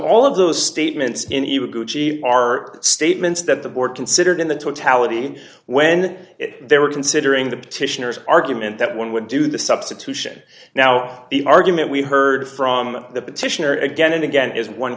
all of those statements in even are statements that the board considered in the totality when they were considering the petitioner's argument that one would do the substitution now the argument we heard from the petitioner again and again is one